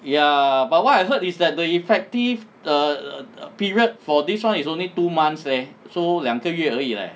ya but what I heard is that the effective err period for this one is only two months leh so 两个月而已 leh